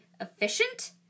efficient